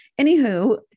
anywho